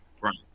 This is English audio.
right